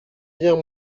viens